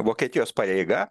vokietijos pareiga